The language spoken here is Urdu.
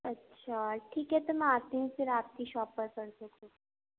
اچھا ٹھیک ہے تو میں آتی ہوں پھر آپ کی شاپ پر پرسوں